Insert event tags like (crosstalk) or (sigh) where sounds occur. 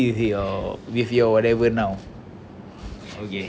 ya lah (noise) takde lah just just saying only